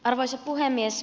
arvoisa puhemies